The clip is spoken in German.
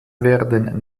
werden